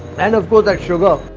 and, of course, that sugar.